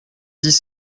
dix